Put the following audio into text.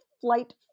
flight